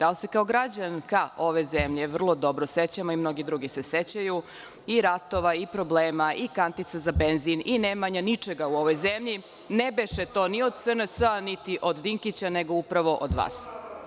Ali se kao građanka ove zemlje vrlo dobro sećam i mnogi drugi se sećaju i ratova i problema i kantica za benzin i nemanja ničega u ovoj zemlji, ne beše to ni od SNS, ni od Dinkića, nego upravo od vas.